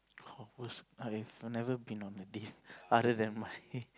I have never been on a date other than my